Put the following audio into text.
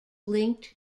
linked